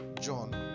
John